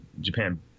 Japan